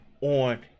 on